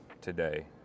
today